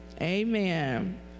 Amen